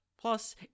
Plus